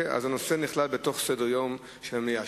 הנושא נכלל בסדר-היום של המליאה.